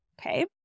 Okay